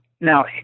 Now